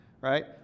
right